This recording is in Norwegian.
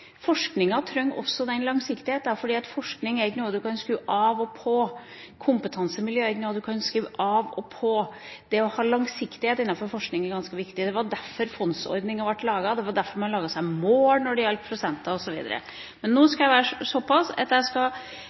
Forskninga trenger også den langsiktigheten. Forskning er ikke noe man kan skru av og på. Kompetansemiljø er ikke noe man kan skru av og på. Det å ha langsiktighet innenfor forskning er ganske viktig. Det var derfor fondsordninga ble laget. Det var derfor man laget seg mål når det gjaldt prosenter osv. Men nå skal jeg være såpass at jeg skal